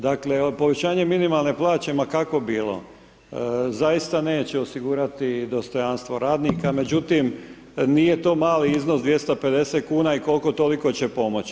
Dakle, povećanje minimalne plaće ma kakvo bilo zaista neće osigurati dostojanstvo radnika međutim nije to mali iznos 250 kuna i koliko toliko će pomoći.